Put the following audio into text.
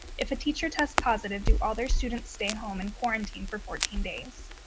if a teacher tests positive, do all their students stay home and quarantine for fourteen days?